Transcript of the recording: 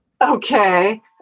Okay